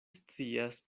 scias